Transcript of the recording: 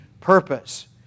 purpose